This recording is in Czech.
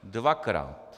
Dvakrát!